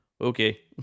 okay